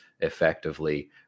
effectively